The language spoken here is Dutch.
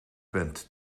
bent